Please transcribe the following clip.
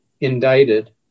indicted